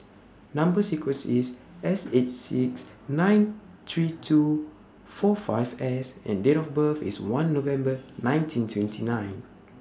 Number sequence IS S eight six nine three two four five S and Date of birth IS one November nineteen twenty nine